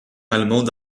allemande